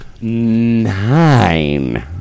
Nine